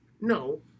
No